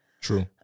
True